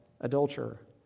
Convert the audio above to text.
adulterer